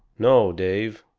no, dave,